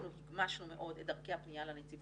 אנחנו הגמשנו מאוד את דרכי הפנייה לנציבות,